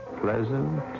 pleasant